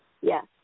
Yes